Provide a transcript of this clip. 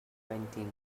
twenty